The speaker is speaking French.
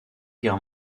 guerre